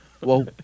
Whoa